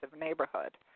neighborhood